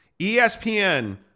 ESPN